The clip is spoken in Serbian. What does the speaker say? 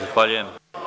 Zahvaljujem.